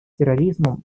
терроризмом